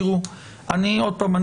עוד פעם,